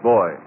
Boy